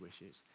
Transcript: wishes